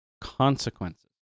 consequences